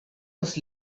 was